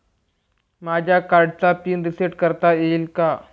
माझ्या कार्डचा PIN reset करता येईल का?